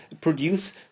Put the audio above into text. produce